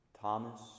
Thomas